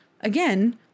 again